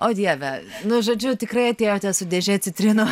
o dieve nu žodžiu tikrai atėjote su dėže citrinų